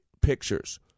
pictures